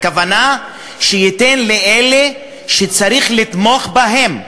הכוונה היא שייתן לאלה שצריך לתמוך בהם.